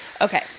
okay